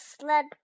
sled